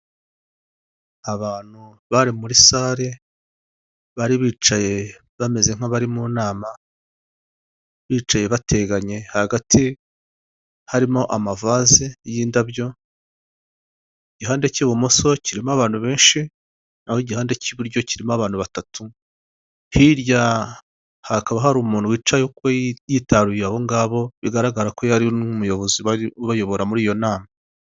Abantu bari muri sare bari bicaye bameze nk'abari mu nama bicaye bateganye hagati harimo amavaze y'indabyo, ihande cy'ibumoso kirimo abantu benshi naho igihanda cy'iburyo kirimo abantu batatu, hirya hakaba hari umuntu wicaye uko yitaruye abo ngabo bigaragara ko yari n'umuyobozi ubayobora muri iyo nama.